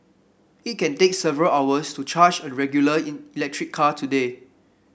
it can take several hours to charge a regular electric car today